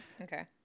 Okay